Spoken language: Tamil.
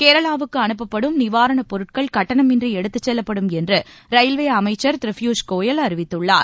கேரளாவுக்கு அனுப்பப்படும் நிவாரணப் பொருட்கள் கட்டணமின்றி எடுத்துச் செல்வப்படும் என்று ரயில்வே அமைச்சர் திரு பியஷ்கோயல் அறிவித்துள்ளார்